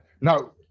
now